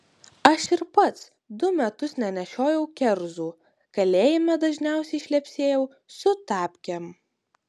aš ir pats du metus nenešiojau kerzų kalėjime dažniausiai šlepsėjau su tapkėm